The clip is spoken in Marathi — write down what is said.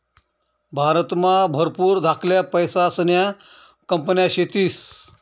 भारतमा भरपूर धाकल्या पैसासन्या कंपन्या शेतीस